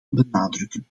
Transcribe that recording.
benadrukken